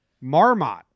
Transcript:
Marmot